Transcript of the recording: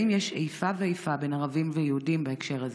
3. האם יש איפה ואיפה בין ערבים ליהודים בהקשר הזה?